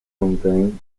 contain